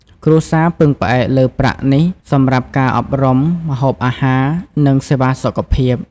គ្រួសារពឹងផ្អែកលើប្រាក់នេះសម្រាប់ការអប់រំ ម្ហូបអាហារ និងសេវាសុខភាព។